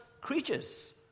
creatures